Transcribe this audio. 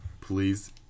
Please